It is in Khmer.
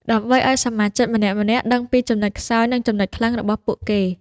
ដើម្បីឲ្យសមាជិកម្នាក់ៗដឹងពីចំណុចខ្សោយនិងចំណុចខ្លាំងរបស់ពួកគេ។